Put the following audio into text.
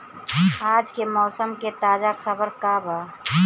आज के मौसम के ताजा खबर का बा?